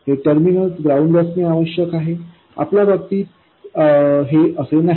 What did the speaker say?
हे terminal ground असणे आवश्यक आहे आपल्या बाबतीत हे असे नाही